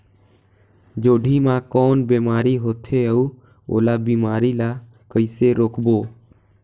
जोणी मा कौन बीमारी होथे अउ ओला बीमारी ला कइसे रोकबो?